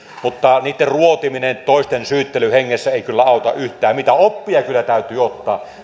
mutta niitten ruotiminen toisten syyttelyn hengessä ei kyllä auta yhtään mitään oppia kyllä täytyy ottaa